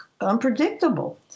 unpredictable